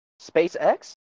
SpaceX